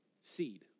seed